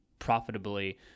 profitably